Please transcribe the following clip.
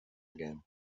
again